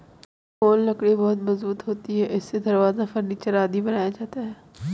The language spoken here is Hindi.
सागौन लकड़ी बहुत मजबूत होती है इससे दरवाजा, फर्नीचर आदि बनाया जाता है